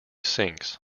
sinks